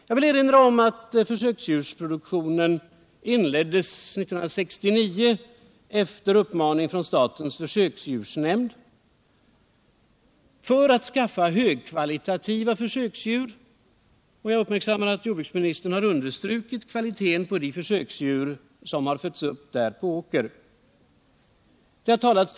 Jag vill erinra om att försöksdjursproduktionen inleddes 1969 efter uppmaning från statens försöksdjursnämnd för att skaffa högkvalitativa försöksdjur. Och jag uppmärksammar att jordbruksministern har understrukit kvaliteten på de försöksdjur som fötts upp på Åkers Krutbruk. Det har t.